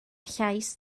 llais